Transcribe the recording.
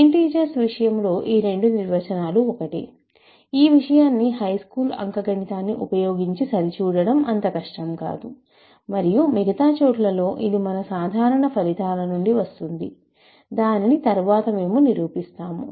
integers విషయంలో ఈ రెండు నిర్వచనాలు ఒకటే ఈ విషయాన్ని హైస్కూల్ అంకగణితాన్ని ఉపయోగించి సరిచూడటం అంత కష్టం కాదు మరియు మిగతా చోట్లలో ఇది మన సాధారణ ఫలితాల నుండి వస్తుంది దానిని తరువాత మేము నిరూపిస్తాము